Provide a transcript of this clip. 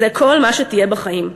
זה כל מה שתהיה בחיים.